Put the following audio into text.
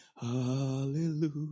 hallelujah